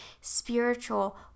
spiritual